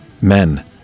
Men